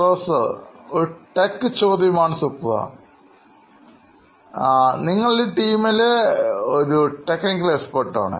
professor ഒരു tech ചോദ്യമാണ് സുപ്ര അവൻ ഈ ടീമിലെ എനിക്കറിയാവുന്ന ഒരു സാങ്കേതിക വിദഗ്ധനാണ്